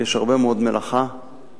יש מלאכה רבה מאוד,